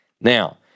Now